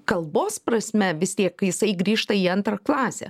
kalbos prasme vis tiek jisai grįžta į antrą klasę